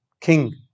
king